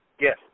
Yes